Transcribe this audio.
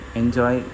enjoy